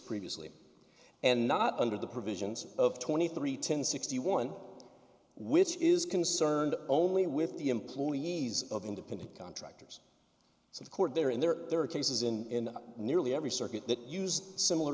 previously and not under the provisions of twenty three ten sixty one which is concerned only with the employees of independent contractors so the court there and there are there are cases in nearly every circuit that used similar